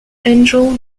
angel